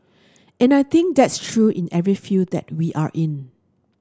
and I think that's true in every field that we are in